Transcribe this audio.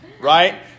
Right